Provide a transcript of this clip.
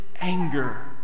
anger